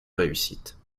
réussite